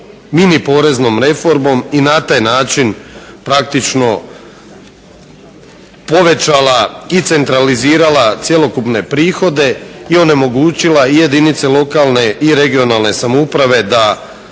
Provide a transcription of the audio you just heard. mini poreznom reformom i na taj način praktično povećala i centralizirala cjelokupne prihode i onemogućila i jedinice lokalne i regionalne samouprave da